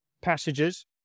passages